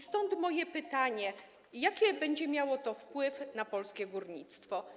Stąd moje pytanie: Jaki będzie miało to wpływ na polskie górnictwo?